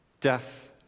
death